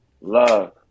Love